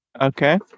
Okay